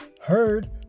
heard